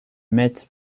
met